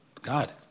God